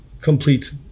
Complete